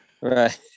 right